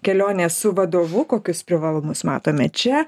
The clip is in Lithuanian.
kelionės su vadovu kokius privalumus matome čia